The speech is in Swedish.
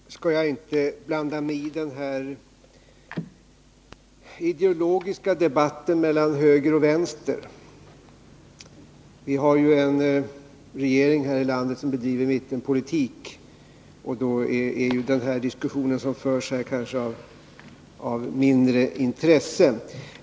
Fru talman! Självfallet skall jag inte blanda mig i den här ideologiska debatten mellan höger och vänster. Här i landet har vi ju en regering som bedriver mittenpolitik, och då är den diskussion som förs här kanske av mindre intresse.